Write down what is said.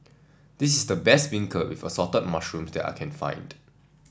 this is the best beancurd with assorted mushroom that I can find